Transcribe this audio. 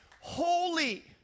holy